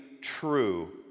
true